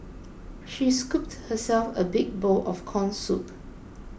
she scooped herself a big bowl of Corn Soup